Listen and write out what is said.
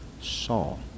Saul